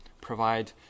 provide